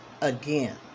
again